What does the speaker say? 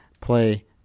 play